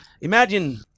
Imagine